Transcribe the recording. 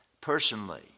personally